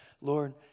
Lord